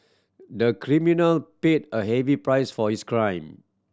the criminal paid a heavy price for his crime